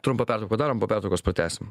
trumpą pertrauk padarom po pertraukos pratęsim